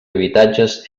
habitatges